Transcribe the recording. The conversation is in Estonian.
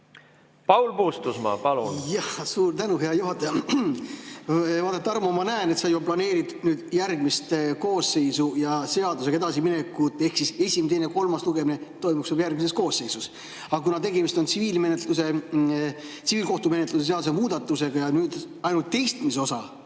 Paul Puustusmaa, palun! Suur tänu, hea juhataja! Vaata, Tarmo, ma näen, et sa ju planeerid nüüd järgmist koosseisu ja seadusega edasiminekut, ehk teine ja kolmas lugemine toimuksid juba järgmises koosseisus. Aga tegemist on tsiviilkohtumenetluse seadustiku muudatusega ja ainult teistmise osa